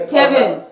Kevin